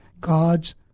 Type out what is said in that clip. God's